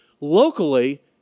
locally